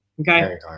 Okay